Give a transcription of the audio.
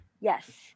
yes